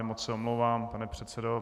Moc se omlouvám, pane předsedo.